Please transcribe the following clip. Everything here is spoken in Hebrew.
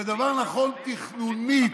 זה דבר נכון תכנונית,